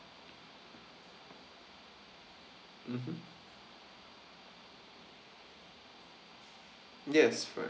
mmhmm yes fries